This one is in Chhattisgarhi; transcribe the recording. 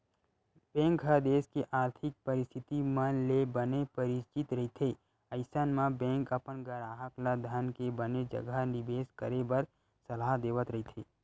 बेंक ह देस के आरथिक परिस्थिति मन ले बने परिचित रहिथे अइसन म बेंक अपन गराहक ल धन के बने जघा निबेस करे बर सलाह देवत रहिथे